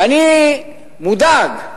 ואני מודאג,